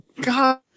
god